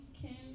Kim